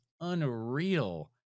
unreal